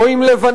או עם לבנון,